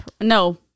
no